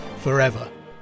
forever